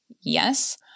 Yes